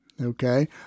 Okay